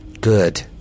Good